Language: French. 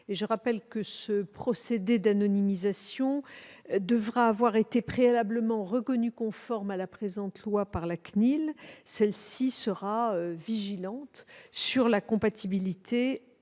je rappelle que ce procédé d'anonymisation devra avoir été préalablement reconnu conforme à la présente loi par la CNIL. Celle-ci sera vigilante sur la compatibilité